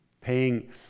Paying